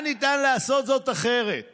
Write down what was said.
האחריות